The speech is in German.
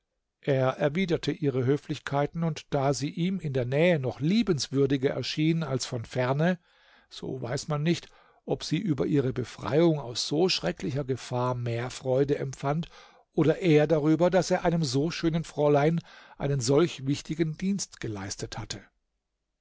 er erwiderte ihre höflichkeiten und da sie ihm in der nähe noch liebenswürdiger erschien als von ferne so weiß man nicht ob sie über ihre befreiung aus so schrecklicher gefahr mehr freude empfand oder er darüber daß er einem so schönen fräulein einen solch wichtigen dienst geleistet hatte